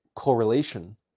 correlation